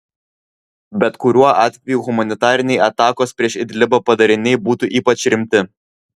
bet kuriuo atveju humanitariniai atakos prieš idlibą padariniai būtų ypač rimti